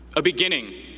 a beginning,